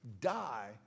die